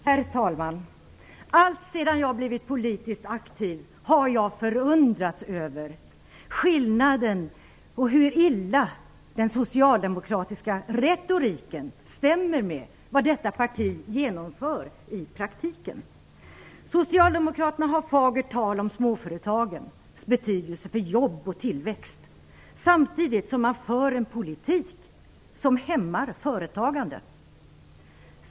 Herr talman! Jag har alltsedan jag blev politiskt aktiv förundrats över hur illa den socialdemokratiska retoriken stämmer med det som detta parti genomför i praktiken. Socialdemokraterna har fagert tal om småföretagens betydelse för jobb och tillväxt, samtidigt som man för en politik som hämmar företagande.